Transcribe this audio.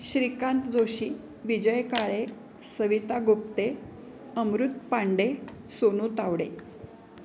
Shrikant Joshi Vijay Kale Savita Gopte Amrit Pande Sonu Tawde